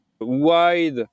wide